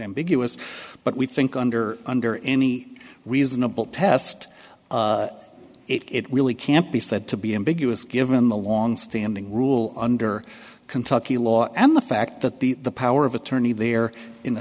ambiguous but we think under under any reasonable test it really can't be said to be ambiguous given the longstanding rule under kentucky law and the fact that the power of attorney there in a